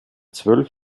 zwölf